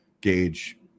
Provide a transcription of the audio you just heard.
gauge